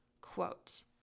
quote